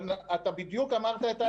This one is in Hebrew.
אתה בדיוק אמרת את הדברים.